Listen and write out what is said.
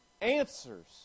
answers